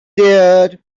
there